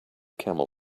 camel